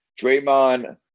Draymond